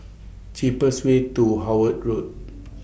cheapest Way to Howard Road